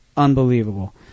unbelievable